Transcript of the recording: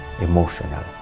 emotional